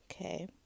Okay